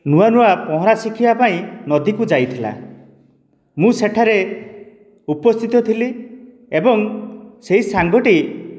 ନୂଆ ନୂଆ ପହଁରା ଶିଖିବା ପାଇଁ ନଦୀକୁ ଯାଇଥିଲା ମୁଁ ସେଠାରେ ଉପସ୍ଥିତ ଥିଲି ଏବଂ ସେହି ସାଙ୍ଗଟି